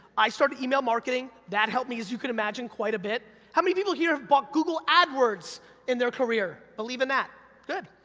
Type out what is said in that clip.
i started email marketing, that helped me, as you can imagine, quite a bit. how many people here have bought google adwords in their career, believe in that? good.